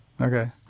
Okay